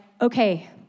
okay